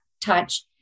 touch